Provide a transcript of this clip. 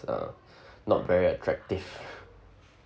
uh not very attractive